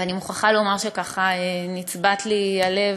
ואני מוכרחה לומר שככה נצבט לי הלב